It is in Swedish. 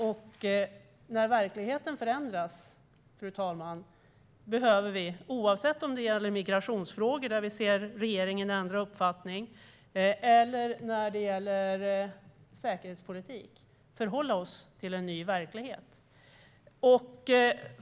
Och när verkligheten förändras, fru talman, behöver vi, oavsett om det gäller migrationsfrågor, där vi ser regeringen ändra uppfattning, eller om det gäller säkerhetspolitik, förhålla oss till den nya verkligheten.